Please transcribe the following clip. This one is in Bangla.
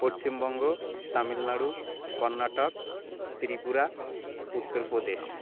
পরশ্চিমবঙ্গ তামিলনাড়ু কর্ণাটক ত্রিপুরা উত্তর প্রদেশ